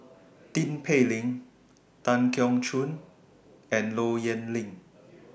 Tin Pei Ling Tan Keong Choon and Low Yen Ling